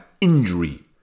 injury